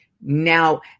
Now